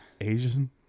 Asian